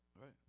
right